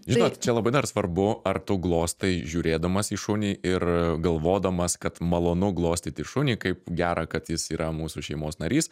žinot čia labai dar svarbu ar tu glostai žiūrėdamas į šunį ir galvodamas kad malonu glostyti šunį kaip gera kad jis yra mūsų šeimos narys